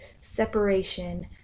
separation